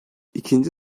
i̇kinci